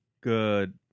good